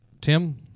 tim